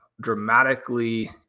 dramatically